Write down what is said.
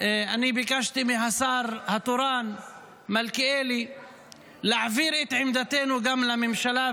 אני ביקשתי מהשר התורן מלכיאלי להעביר את עמדתנו גם לממשלה,